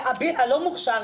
הלא מוכש"ר,